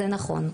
זה נכון.